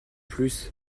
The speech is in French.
plus